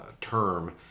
term